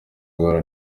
guhura